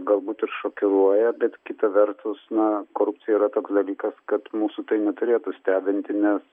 galbūt ir šokiruoja bet kita vertus na korupcija yra toks dalykas kad mūsų tai neturėtų stebinti nes